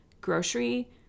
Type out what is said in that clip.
grocery